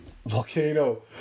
Volcano